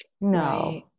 No